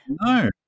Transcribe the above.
No